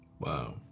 Wow